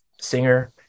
singer